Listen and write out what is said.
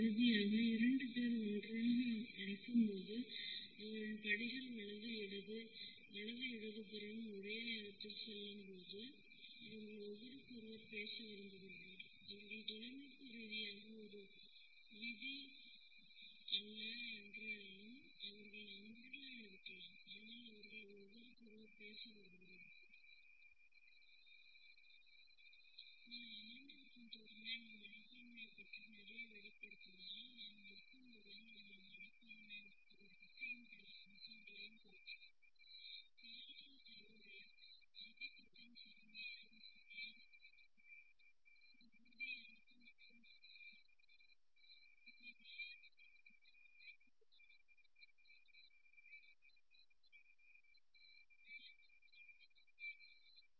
இறுதியாக இரண்டு பேர் ஒன்றாக நடக்கும்போது அவர்களின் படிகள் வலது இடது வலது இடதுபுறம் ஒரே நேரத்தில் செல்லும் போது அவர்கள் ஒருவருக்கொருவர் பேச விரும்புகிறார்கள் அவர்கள் தொழில்நுட்ப ரீதியாக ஒரு விதி அல்ல என்றாலும் அவர்கள் நண்பர்களாக இருக்கலாம் ஆனால் அவர்கள் ஒருவருக்கொருவர் பேச விரும்புகிறார்கள்